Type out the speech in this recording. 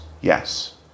yes